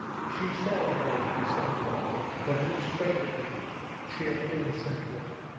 she saw that i was dissembling, but looked straight at me cheerfully and simply.